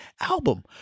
album